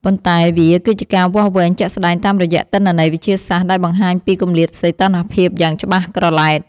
ប៉ុន្តែវាគឺជាការវាស់វែងជាក់ស្ដែងតាមរយៈទិន្នន័យវិទ្យាសាស្ត្រដែលបង្ហាញពីគម្លាតសីតុណ្ហភាពយ៉ាងច្បាស់ក្រឡែត។